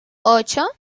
ocho